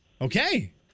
Okay